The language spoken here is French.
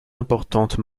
importantes